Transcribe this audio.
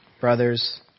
Brothers